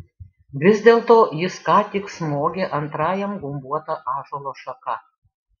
vis dėlto jis ką tik smogė antrajam gumbuota ąžuolo šaka